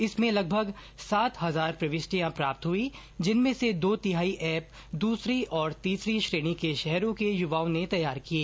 इसमें लगभग सात हजार प्रविष्टियां प्राप्त हुईं जिनमें से दो तिहाई ऐप दूसरी और तीसरी श्रेणी के शहरों के युवाओं ने तैयार किए